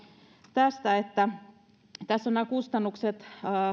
tästä kun tässä on nämä kustannukset